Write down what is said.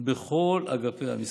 בכל אגפי המשרד.